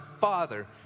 father